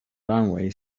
runway